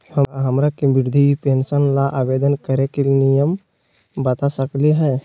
का हमरा के वृद्धा पेंसन ल आवेदन करे के नियम बता सकली हई?